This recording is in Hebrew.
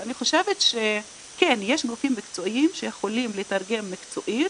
אני חושבת שכן יש גופים מקצועיים שיכולים לתרגם מקצועית